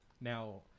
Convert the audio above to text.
Now